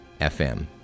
FM